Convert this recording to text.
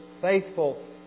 faithful